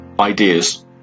ideas